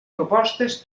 propostes